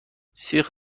سیخ